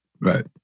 Right